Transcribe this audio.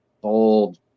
bold